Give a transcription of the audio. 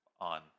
on